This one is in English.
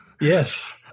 yes